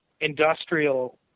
industrial